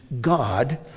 God